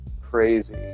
crazy